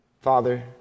Father